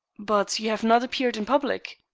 but you have not appeared in public?